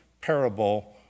parable